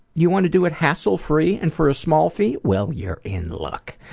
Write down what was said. you want to do it hassle-free and for a small fee? well, you're in luck.